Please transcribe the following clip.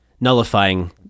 nullifying